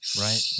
Right